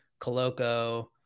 Coloco